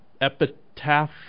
Epitaph